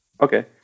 Okay